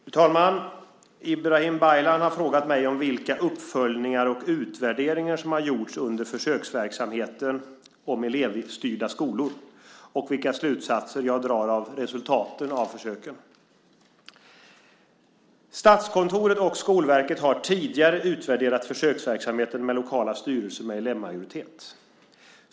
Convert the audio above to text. Herr talman! Ibrahim Baylan har frågat mig vilka uppföljningar och utvärderingar som har gjorts under försöksverksamheten med elevstyrda skolor och vilka slutsatser jag drar av resultaten av försöken. Statskontoret och Skolverket har tidigare utvärderat försöksverksamheten med lokala styrelser med elevmajoritet.